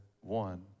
one